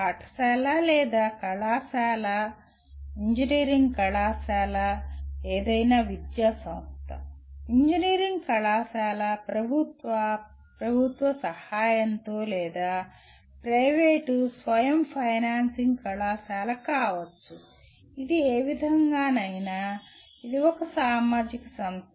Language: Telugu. పాఠశాల లేదా ఇంజనీరింగ్ కళాశాల అయినా ఏదైనా విద్యాసంస్థ ఇంజనీరింగ్ కళాశాల ప్రభుత్వ ప్రభుత్వ సహాయంతో లేదా ప్రైవేటు స్వయం ఫైనాన్సింగ్ కళాశాల కావచ్చు ఇది ఏ విధంగానైనా ఇది ఒక సామాజిక సంస్థ